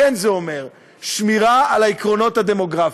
כן זה אומר שמירה על העקרונות הדמוגרפיים.